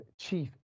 chief